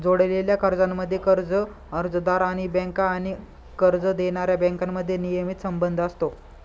जोडलेल्या कर्जांमध्ये, कर्ज अर्जदार आणि बँका आणि कर्ज देणाऱ्या बँकांमध्ये नियमित संबंध असतो